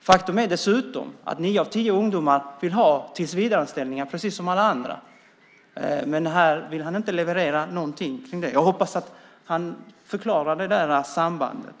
Faktum är dessutom att nio av tio ungdomar vill ha tillsvidareanställningar precis som alla andra. Men här vill han inte leverera någonting om det. Jag hoppas att han förklarar sambandet.